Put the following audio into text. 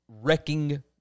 wrecking